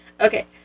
Okay